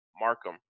Markham